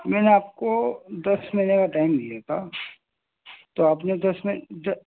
میں نے آپ کو دس مہینے کا ٹائم دیا تھا تو آپ نے دس میں دس